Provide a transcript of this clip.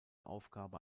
aufgabe